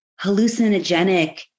hallucinogenic